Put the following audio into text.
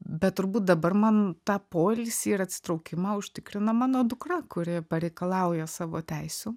bet turbūt dabar man tą poilsį ir atsitraukimą užtikrina mano dukra kuri pareikalauja savo teisių